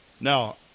Now